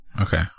Okay